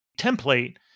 template